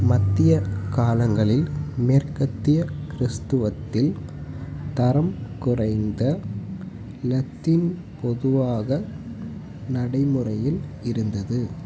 மத்திய காலங்களில் மேற்கத்திய கிறிஸ்துவத்தில் தரம் குறைந்த லத்தீன் பொதுவாக நடைமுறையில் இருந்தது